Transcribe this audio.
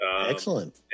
Excellent